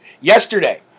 yesterday